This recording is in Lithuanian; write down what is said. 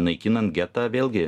naikinant getą vėlgi